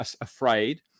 afraid